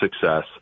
success